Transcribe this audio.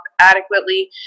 adequately